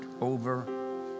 over